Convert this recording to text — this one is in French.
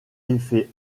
effet